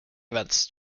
events